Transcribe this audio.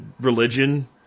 religion